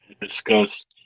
discuss